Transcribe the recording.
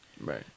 Right